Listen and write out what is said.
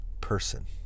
person